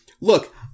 look